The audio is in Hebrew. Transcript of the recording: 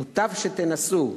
מוטב שתנסו,